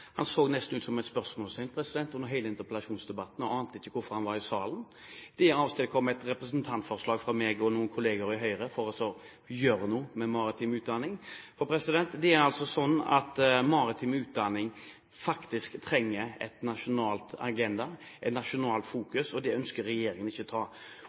Han så nesten ut som et spørsmålstegn under hele interpellasjonsdebatten, og han ante ikke hvorfor han var i salen. Det avstedkom et representantforslag fra meg og noen kollegaer i Høyre for å gjøre noe med maritim utdanning. Det er altså sånn at maritim utdanning faktisk trenger en nasjonal agenda og et nasjonalt fokus, og det ønsker ikke